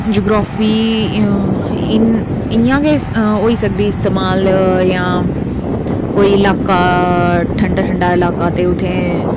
ते जियोग्राफी इं'या गै होई सकदी इस्तेमाल ते कोई इलाका ठंडा ठंडा इलारका ते उत्थै